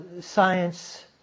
science